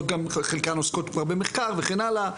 חלקן עוסקות גם במחקר וכן הלאה,